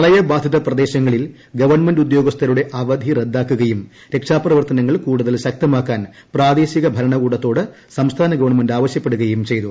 പ്രളയ ബാധിത പ്രദേശങ്ങളിൽ ഗവൺമെന്റ് ഉദ്യോഗസ്ഥരുടെ അവധി റദ്ദാക്കുകയും രക്ഷാപ്രവർത്തനങ്ങൾ കൂടുതൽ ശക്തമാക്കാൻ പ്രാദേശിക ഭരണകൂടത്തോട് സംസ്ഥാന ഗവൺമെന്റ് ആവശ്യപ്പെടുകയും ചെയ്തു